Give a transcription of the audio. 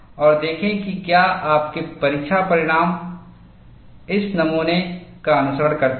और देखें कि क्या आपके परीक्षा परिणाम इस नमूना का अनुसरण करते हैं